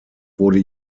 wurde